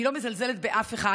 אני לא מזלזלת באף אחד.